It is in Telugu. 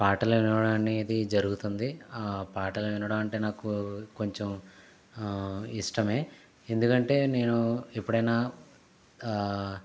పాటలు వినడం అనేది జరుగుతుంది ఆ పాటల వినడం అంటే నాకు కొంచెం ఇష్టమే ఎందుకంటే నేను ఎప్పుడైన